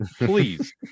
please